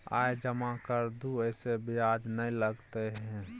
आय जमा कर दू ऐसे ब्याज ने लगतै है?